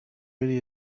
really